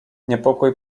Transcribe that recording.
niepokój